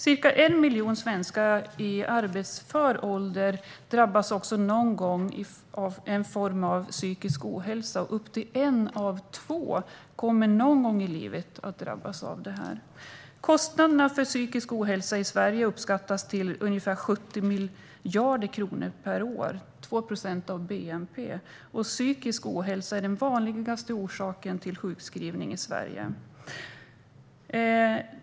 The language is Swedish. Ca 1 miljon svenskar i arbetsför ålder drabbas någon gång av någon form av psykisk ohälsa, och närmare en av två kommer någon gång i livet att drabbas av detta. Kostnaderna för psykisk ohälsa i Sverige uppskattas till ungefär 70 miljarder kronor per år - 2 procent av bnp. Psykisk ohälsa är den vanligaste orsaken till sjukskrivning i Sverige.